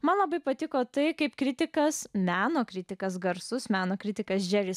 man labai patiko tai kaip kritikas meno kritikas garsus meno kritikas džerį